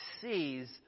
sees